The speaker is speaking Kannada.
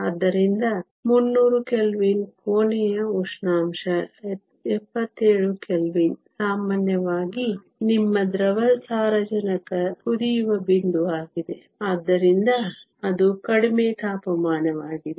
ಆದ್ದರಿಂದ 300 ಕೆಲ್ವಿನ್ ಕೋಣೆಯ ಉಷ್ಣಾಂಶ 77 ಕೆಲ್ವಿನ್ ಸಾಮಾನ್ಯವಾಗಿ ನಿಮ್ಮ ದ್ರವ ಸಾರಜನಕ ಕುದಿಯುವ ಬಿಂದುವಾಗಿದೆ ಆದ್ದರಿಂದ ಅದು ಕಡಿಮೆ ತಾಪಮಾನವಾಗಿದೆ